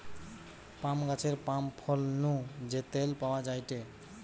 পাম গাছের পাম ফল নু যে তেল পাওয়া যায়টে